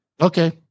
Okay